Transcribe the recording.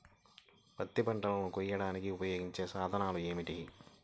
పత్తి పంటలను కోయడానికి ఉపయోగించే సాధనాలు ఏమిటీ?